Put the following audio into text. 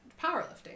powerlifting